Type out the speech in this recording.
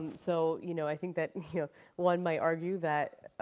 so you know i think that one might argue that